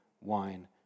wine